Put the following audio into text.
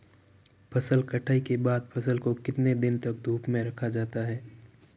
फसल कटाई के बाद फ़सल को कितने दिन तक धूप में रखा जाता है?